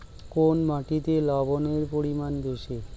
কোন মাটিতে লবণের পরিমাণ বেশি?